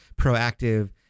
proactive